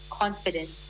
confidence